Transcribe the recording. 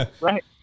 Right